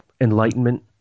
Enlightenment